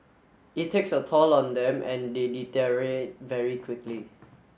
it takes a toll on them and they very quickly